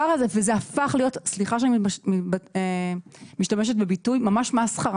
מה שהולך שם הפך להיות סליחה שאני משתמשת בביטוי ממש מסחרה.